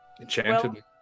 enchanted